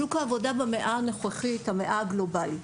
שוק העבודה במאה הנוכחית, המאה הגלובלית.